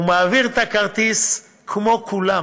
הוא מעביר את הכרטיס כמו כולם.